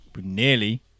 nearly